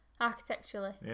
Architecturally